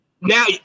Now